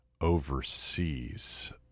overseas